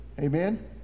Amen